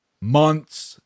months